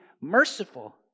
merciful